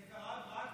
זה קרה רק